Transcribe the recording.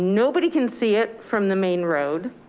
nobody can see it from the main road.